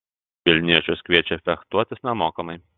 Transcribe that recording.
vilniečius kviečia fechtuotis nemokamai